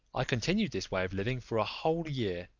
i continued this way of living for a whole year.